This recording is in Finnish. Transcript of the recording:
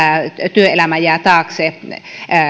työelämä jää taakse